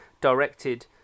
directed